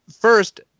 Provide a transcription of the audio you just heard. First